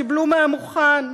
קיבלו מהמוכן,